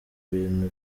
ibintu